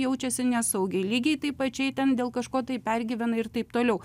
jaučiasi nesaugiai lygiai taip pačiai ten dėl kažko tai pergyvena ir taip toliau